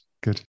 good